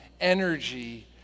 energy